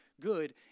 good